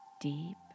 deep